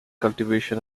cultivation